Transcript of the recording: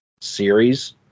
series